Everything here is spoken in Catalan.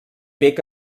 bec